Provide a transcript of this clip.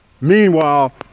Meanwhile